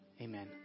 Amen